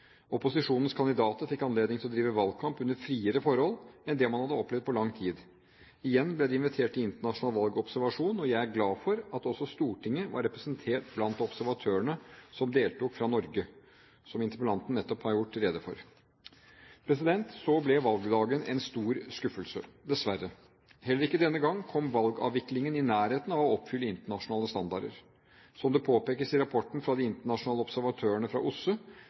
Opposisjonens kandidater fikk anledning til å drive valgkamp under friere forhold enn det man hadde opplevd på lang tid. Igjen ble det invitert til internasjonal valgobservasjon, og jeg er glad for at også Stortinget var representert blant observatørene som deltok fra Norge, som interpellanten nettopp har gjort rede for. Så ble valgdagen en stor skuffelse, dessverre. Heller ikke denne gang kom valgavviklingen i nærheten av å oppfylle internasjonale standarder. Som det påpekes i rapporten fra de internasjonale observatørene fra